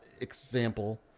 example